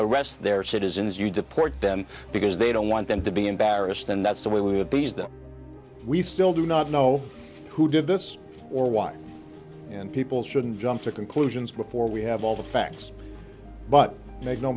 arrest their citizens you deport them because they don't want them to be embarrassed and that's the way with these that we still do not know who did this or why and people shouldn't jump to conclusions before we have all the facts but make no